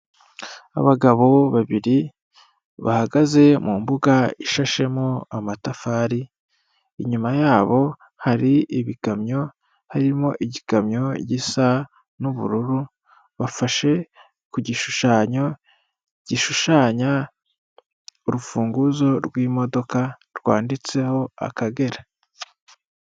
Abagabo babiri bahagaze mu mbuga ishashemo amatafari, inyuma yabo hari ibikamyo, harimo igikamyo gisa n'ubururu. Bafashe ku gishushanyo gishushanya urufunguzo rw'imodoka rwanditseho Akagera.